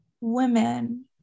women